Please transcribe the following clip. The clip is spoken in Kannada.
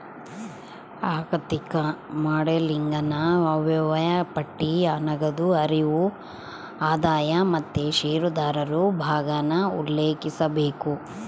ಆಋಥಿಕ ಮಾಡೆಲಿಂಗನಾಗ ಆಯವ್ಯಯ ಪಟ್ಟಿ, ನಗದು ಹರಿವು, ಆದಾಯ ಮತ್ತೆ ಷೇರುದಾರರು ಭಾಗಾನ ಉಲ್ಲೇಖಿಸಬೇಕು